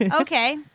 Okay